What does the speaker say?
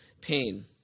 pain